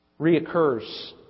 reoccurs